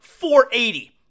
480